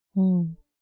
mm